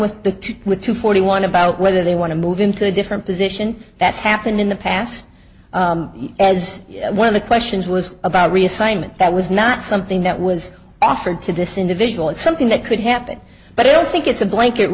with the with two forty one about whether they want to move into a different position that's happened in the past as one of the questions was about reassignment that was not something that was offered to this individual it's something that could happen but i don't think it's a blanket